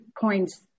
points